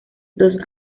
dos